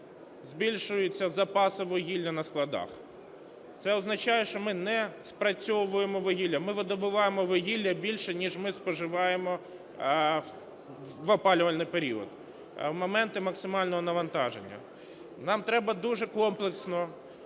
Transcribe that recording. збільшуються запаси вугілля на складах. Це означає, що ми не спрацьовуємо вугілля. Ми видобуваємо вугілля більше, ніж ми споживаємо в опалювальний період в моменти максимального навантаження. Нам треба дуже комплексно,